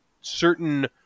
certain